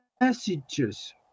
messages